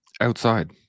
outside